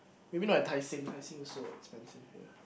maybe not at Tai-Seng Tai-Seng is so expensive yeah